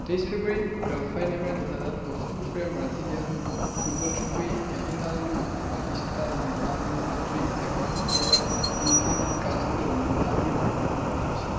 তেইশ ফেব্ৰুৱাৰীত গ্ৰাফাইট নামেৰে জনাজাত পঁচিছ বছৰীয়া ব্ৰাজিলিয়ান ফুটবল খেলুৱৈ এডিনাল্ডো বাতিষ্টা লিবানিওৰ মাতৃ একাৱন্ন বছৰীয়া ইলমা ডি কাষ্ট্ৰ লিবানিওক অপহৰণ কৰা হৈছিল